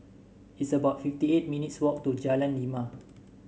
it's about fifty eight minutes' walk to Jalan Lima